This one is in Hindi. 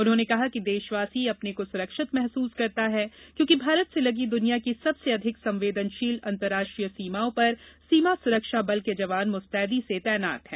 उन्होंने कहा कि देशवासी अपने को सुरक्षित महसूस करता है क्योंकि भारत से लगी दुनिया की सबसे अधिक संवेदनशील अंतर्राष्ट्रीय सीमाओं पर सीमा सुरक्षा बल के जवान मुस्तैदी से तैनात हैं